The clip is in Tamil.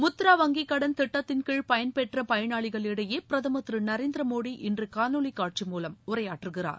முத்ரா வங்கிக் கடன் திட்டத்தின்கீழ் பயன்பெற்ற பயனாளிகளிடையே பிரதமர் திரு நரேந்திர மோடி இன்று காணொலிக் காட்சி மூலம் உரையாற்றுகிறார்